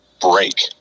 break